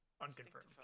Unconfirmed